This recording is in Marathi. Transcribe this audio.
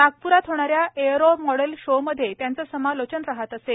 नागप्रात होणाऱ्या एअरो मॉडेल शोमध्ये त्यांचे समालोचन राहात असे